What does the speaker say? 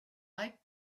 liked